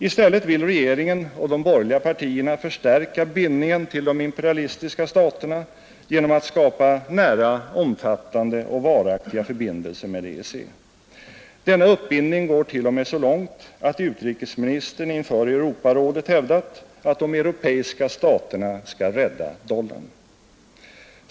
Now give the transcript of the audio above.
I stället vill regeringen och de borgerliga partierna förstärka bindningen till de imperialistiska staterna genom att skapa ”nära, omfattande och varaktiga förbindelser” med EEC. Denna uppbindning går t.o.m. så långt att utrikesministern inför Europarådet hävdat att de europeiska staterna skall rädda dollarn.